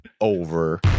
over